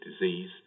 disease